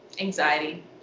anxiety